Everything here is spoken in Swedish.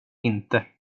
inte